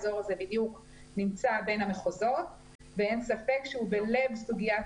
האזור הזה בדיוק נמצא בין המחוזות ואין ספק שהוא בלב סוגיית